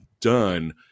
done